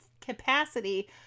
capacity